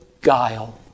guile